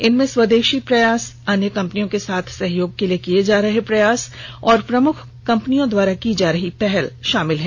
इनमें स्वदेशी प्रयास अन्य कंपनियों के साथ सहयोग से किये जा रहे प्रयास और प्रमुख कंपनियों द्वारा की जा रही पहल शामिल हैं